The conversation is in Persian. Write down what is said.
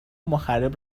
مخرب